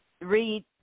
read